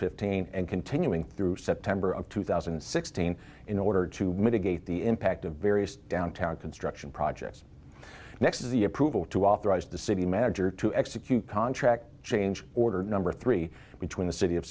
fifteen and continuing through september of two thousand and sixteen in order to mitigate the impact of various downtown construction projects next is the approval to authorize the city manager to execute contract change order number three between the city of